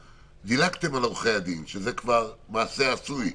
דילגתם על עורכי הדין שזה כבר מעשה עשוי"